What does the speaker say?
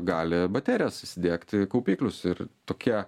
gali baterijas įsidiegti kaupiklius ir tokia